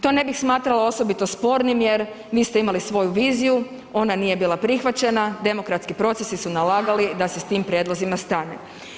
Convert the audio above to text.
To ne bih smatrala osobito spornim jer, vi ste imali svoju viziju, ona nije bila prihvaćena, demokratski procesi su nalagali da se s tim prijedlozima stane.